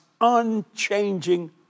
unchanging